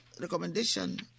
recommendation